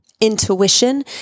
Intuition